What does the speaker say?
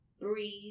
breathe